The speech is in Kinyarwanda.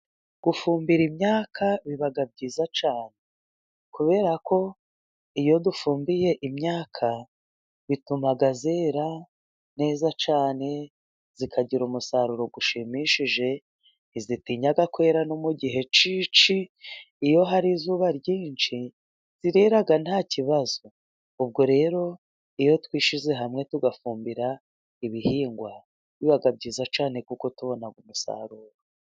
Gufumbira imyaka biba byiza cyane, kubera ko iyo dufumbiye imyaka bituma yera neza cyane, ikagira umusaruro ushimishije ntizitinya kwera no mu gihe kiki, iyo hari izuba ryinshi zirera ntakibazo ubwo rero iyo twishyize hamwe tugafumbira, ibihingwa biba byiza cyane kuko tubona umusaruro.